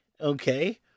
okay